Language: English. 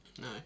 No